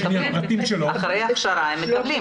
אחרי ההכשרה הם מקבלים.